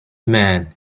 man